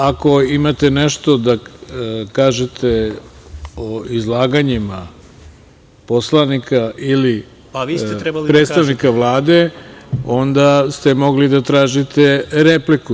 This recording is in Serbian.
Ako imate nešto da kažete o izlaganjima poslanika ili predstavnika Vlade, onda ste mogli da tražite repliku.